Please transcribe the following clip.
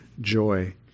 joy